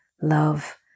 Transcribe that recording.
love